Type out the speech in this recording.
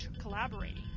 collaborating